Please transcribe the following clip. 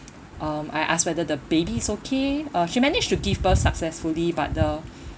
um I asked whether the baby is okay uh she managed to give birth successfully but the